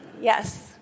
Yes